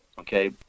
okay